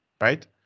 right